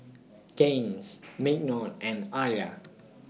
Gaines Mignon and Aliyah